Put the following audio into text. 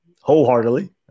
wholeheartedly